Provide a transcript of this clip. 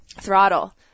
throttle